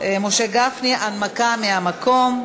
משה גפני, הנמקה מהמקום.